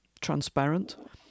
transparent